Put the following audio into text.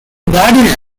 gardiner